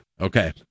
Okay